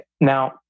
Now